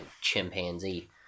chimpanzee